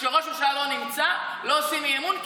שכשראש ממשלה לא נמצא לא עושים אי-אמון,